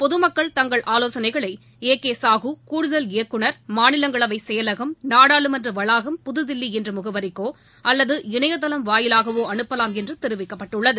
பொதுமக்கள் தங்கள் ஆலோசனைகளை ஏ கே சகோ கூடுதல் இயக்குநர் மாநிங்களவை செயலகம் நாடாளுமன்ற வளாகம் புதுதில்லி என்ற முகவரிக்கோ அல்லது இணையதளம் வாயிலாகவோ அனுப்பலாம் என்று தெரிவிக்கப்பட்டுள்ளது